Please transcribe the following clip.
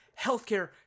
healthcare